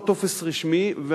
הוא לא טופס רשמי,